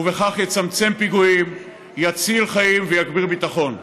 ובכך יצמצם פיגועים, יציל חיים ויגביר ביטחון.